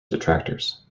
detractors